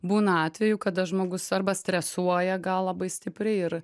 būna atvejų kada žmogus arba stresuoja gal labai stipriai ir